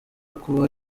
kuba